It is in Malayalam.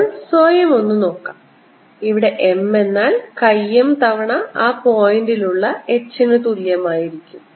ഇപ്പോൾ സ്വയം ഒന്നു നോക്കാം ഇവിടെ M എന്നാൽ chi m തവണ ആ പോയിൻറ്ലുള്ള h ന് തുല്യമായിരിക്കും